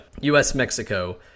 US-Mexico